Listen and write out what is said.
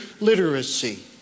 literacy